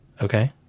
Okay